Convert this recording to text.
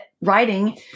writing